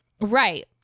Right